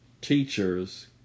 teachers